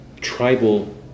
tribal